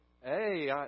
hey